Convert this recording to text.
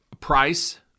price